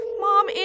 Mom